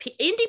indie